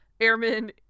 airmen